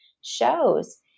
shows